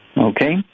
okay